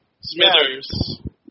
Smithers